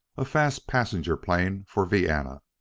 a fast passenger plane for vienna.